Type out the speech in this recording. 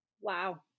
Wow